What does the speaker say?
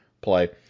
play